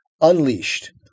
unleashed